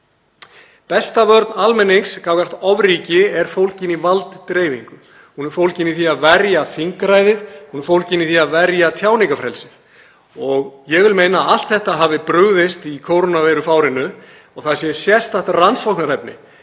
Besta vörn almennings gagnvart ofríki er fólgin í valddreifingu. Hún er fólgin í því að verja þingræðið. Hún er fólgin í því að verja tjáningarfrelsið. Ég vil meina að allt þetta hafi brugðist í kórónuveirufárinu og það sé sérstakt rannsóknarefni